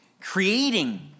creating